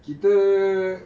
kita